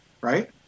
right